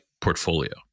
portfolio